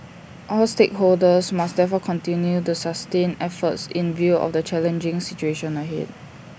all stakeholders must therefore continue the sustain efforts in view of the challenging situation ahead